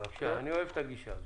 בבקשה, אני אוהב את הגישה.